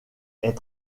est